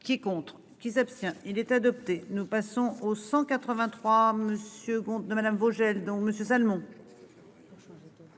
Qui est contre qui s'abstient. Il est adopté. Nous passons au 183 monsieur compte de madame Vogel donc Monsieur Salmon.